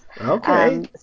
Okay